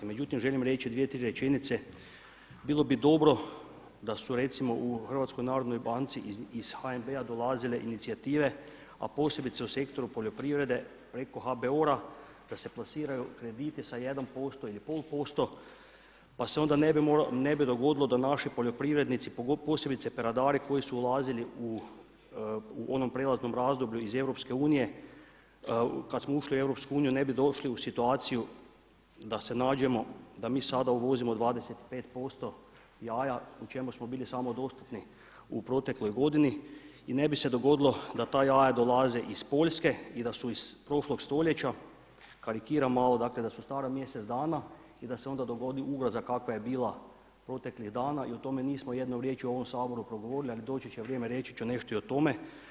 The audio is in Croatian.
Međutim, želim reći dvije, tri rečenice, bilo bi dobro da su recimo u HNB-u, iz HNB-a dolazile inicijative a posebice u sektoru poljoprivrede preko HBOR-a da se plasiraju krediti sa 1% ili 0,5% pa se onda ne bi dogodilo da naši poljoprivrednici, posebice peradari koji su ulazili u onom prijelaznom razdoblju iz EU, kada smo ušli u EU ne bi došli u situaciju da se nađemo da mi sada uvozimo 25% jaja u čemu smo bili samo dostupni u protekloj godini i ne bi se dogodilo da ta jaja dolaze iz Poljske i da su iz prošlog stoljeća, karikiram malo, dakle da su stara mjeseca dana i da se onda dogodi ugroza kakva je bila proteklih dana i o tome nismo jednom riječju u ovom Saboru progovorili ali doći će vrijeme, reći ću nešto i o tome.